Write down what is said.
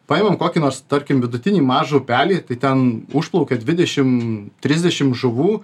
paimam kokį nors tarkim vidutinį mažą upelį tai ten užplaukia dvidešim trisdešim žuvų